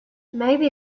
maybe